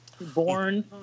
born